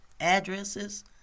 addresses